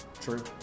true